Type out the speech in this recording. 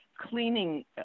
cleaning